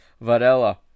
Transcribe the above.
Varela